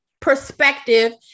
Perspective